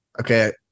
Okay